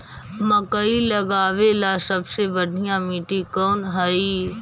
मकई लगावेला सबसे बढ़िया मिट्टी कौन हैइ?